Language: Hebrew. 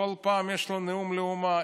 בכל פעם יש לו נאום לאומה,